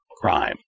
crime